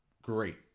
great